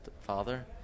father